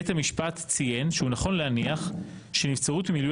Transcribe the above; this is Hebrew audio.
בית המשפט ציין שהוא נכון להניח שנבצרות במילוי